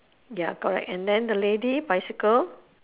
ya correct and then the lady bicycle